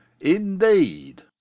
indeed